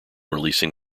releasing